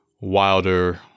Wilder